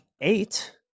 eight